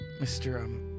Mr